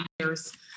years